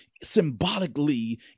symbolically